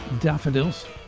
daffodils